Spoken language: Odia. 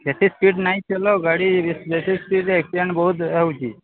ଏତେ ସ୍ପିଡ୍ ନାଇଁ ଚାଲ ଗାଡ଼ି ବେଶୀ ସ୍ପିଡରେ ଆକ୍ସିଡେଣ୍ଟ୍ ବହୁତ ହେଉଛି